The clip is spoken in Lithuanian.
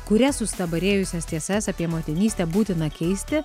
kurias sustabarėjusias tiesas apie motinystę būtina keisti